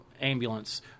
ambulance